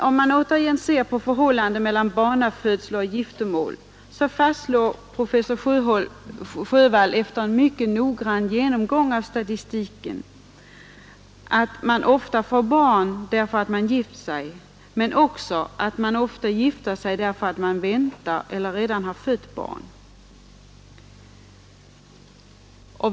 Om man återigen ser på förhållandena mellan barnafödslar och giftermål, fastslår professor Sjövall efter en mycket noggrann genomgång av statistiken att man ofta får barn därför att man gifter sig, men att man också gifter sig därför att man väntar eller redan har fött barn.